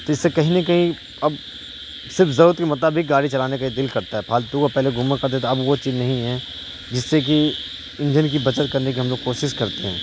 تو اس سے کہیں نہ کہیں اب صرف ضرورت کے مطابق گاڑی چلانے کا ہی دل کرتا ہے پھالتو کا پہلے گھوما کرتے تھے اب وہ چیز نہیں ہے جس سے کہ ایندھن کی بچت کرنے کی ہم لوگ کوسش کرتے ہیں